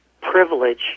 privilege